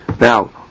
Now